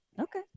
Okay